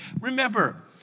Remember